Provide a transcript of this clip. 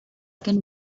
can